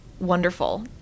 wonderful